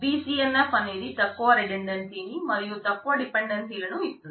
BCNF అనేది తక్కువ redundancy ని మరియు తక్కువ డిపెండెన్సీలను ఇస్తుంది